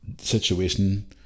situation